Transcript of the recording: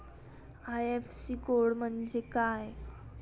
IFSC code म्हणजे काय?